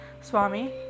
Swami